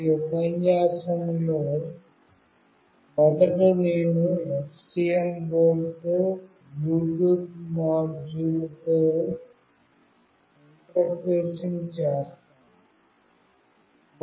ఈ ఉపన్యాసంలో మొదట నేను STM బోర్డుతో బ్లూటూత్ మాడ్యూల్తో ఇంటర్ఫేసింగ్ చేస్తాను